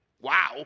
wow